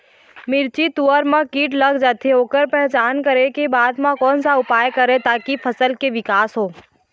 मिर्ची, तुंहर मा कीट लग जाथे ओकर पहचान करें के बाद मा कोन सा उपाय करें ताकि फसल के के विकास हो?